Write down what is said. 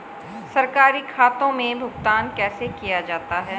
सरकारी खातों में भुगतान कैसे किया जाता है?